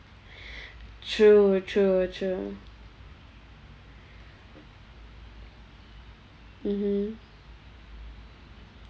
true true true mmhmm